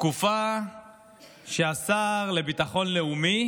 תקופה שהשר לביטחון לאומי